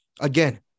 again